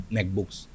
MacBooks